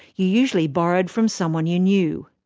you usually borrowed from someone you knew.